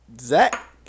Zach